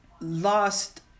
lost